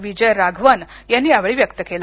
विजय राघवन यांनी यावेळी व्यक्त केल